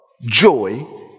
joy